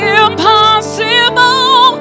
impossible